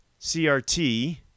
CRT